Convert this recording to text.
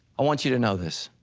i want you to know this,